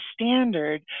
standard